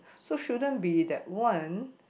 so shouldn't be that one